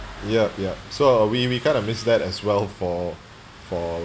yup yup so we we got miss that as well for for